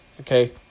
Okay